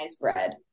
bread